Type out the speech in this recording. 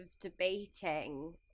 debating